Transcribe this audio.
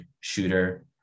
shooter